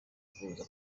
kuza